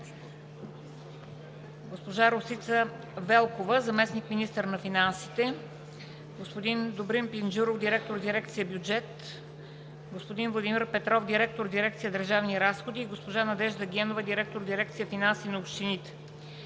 госпожа Росица Велкова – заместник-министър на финансите; господин Добрин Пинджуров – директор на дирекция „Бюджет“; господин Владимир Петров – директор на дирекция „Държавни разходи“, и госпожа Надежда Генова – директор на дирекция „Финанси на общините“,